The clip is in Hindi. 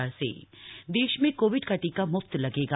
मफ्त कोविड टीका देश में कोविड का टीका म्फ्त मिलेगा